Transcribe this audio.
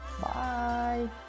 bye